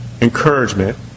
encouragement